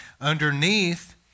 underneath